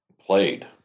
played